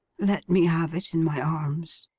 let me have it in my arms.